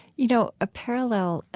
you know, a parallel,